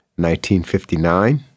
1959